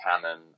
canon